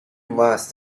must